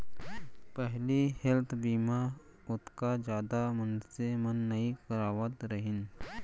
पहिली हेल्थ बीमा ओतका जादा मनसे मन नइ करवात रहिन